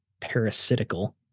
parasitical